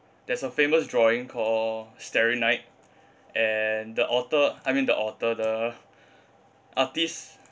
there's a famous drawing called starry night and the author I mean the author the artist